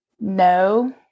no